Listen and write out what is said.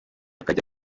akajya